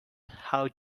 how